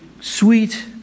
sweet